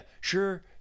sure